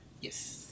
Yes